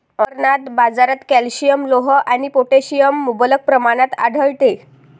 अमरनाथ, बाजारात कॅल्शियम, लोह आणि पोटॅशियम मुबलक प्रमाणात आढळते